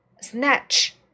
snatch